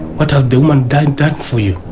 what have the woman done done for you?